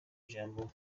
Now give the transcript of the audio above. ijambo